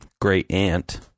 great-aunt